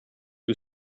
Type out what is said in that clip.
who